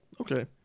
Okay